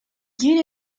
you